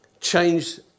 changed